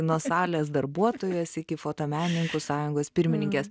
nuo salės darbuotojos iki fotomenininkų sąjungos pirmininkės